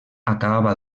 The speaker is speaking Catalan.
acabava